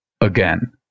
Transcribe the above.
again